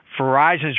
Verizon's